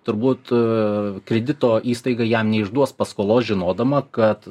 turbūt kredito įstaiga jam neišduos paskolos žinodama kad